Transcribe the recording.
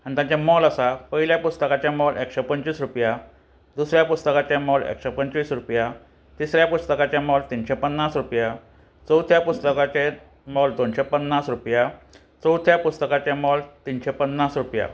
आनी ताचें मोल आसा पयल्या पुस्तकाचें मोल एकशें पंचवीस रुपया दुसऱ्या पुस्तकाचें मोल एकशें पंचवीस रुपया तिसऱ्या पुस्तकाचें मोल तिनशें पन्नास रुपया चवथ्या पुस्तकाचें मोल दोनशें पन्नास रुपया चवथ्या पुस्तकाचें मोल तिनशें पन्नास रुपया